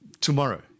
tomorrow